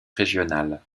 régionales